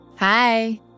Hi